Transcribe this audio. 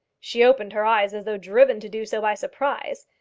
she opened her eyes as though driven to do so by surprise.